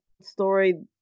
story